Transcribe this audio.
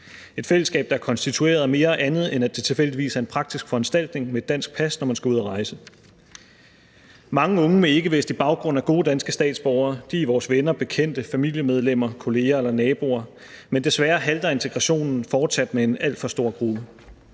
et fællesskab, der er konstitueret af mere og andet, end at det tilfældigvis er en praktisk foranstaltning med et dansk pas, når man skal ud at rejse. Mange unge med ikkevestlig baggrund er gode danske statsborgere. De er vores venner, bekendte, familiemedlemmer, kolleger eller naboer, men desværre halter integrationen fortsat for en alt for stor gruppe.